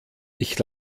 ich